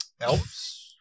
Elves